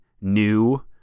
new